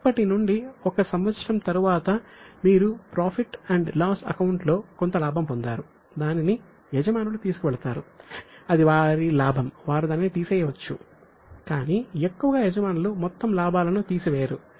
ఇప్పటినుండి 1 సంవత్సరం తరువాత మీరు ప్రాఫిట్ లాస్ అకౌంట్ లో కొంత లాభం పొందారు దానిని యజమానులు తీసుకువెళతారు అది వారి లాభం వారు దానిని తీసివేయవచ్చు కాని ఎక్కువగా యజమానులు మొత్తం లాభాలను తీసివేయరు